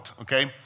okay